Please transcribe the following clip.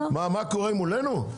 מה קורה מולנו?